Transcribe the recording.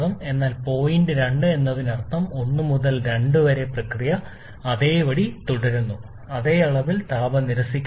അതിനാൽ പോയിന്റ് 2 എന്നതിനർത്ഥം 1 2 പ്രക്രിയ അതേപടി തുടരുന്നു അതേ അളവിൽ താപ നിരസിക്കൽ